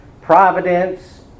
providence